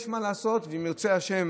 יש מה לעשות בכביש הזה, ואם ירצה השם,